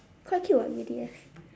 quite cute [what] B_T_S